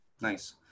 Nice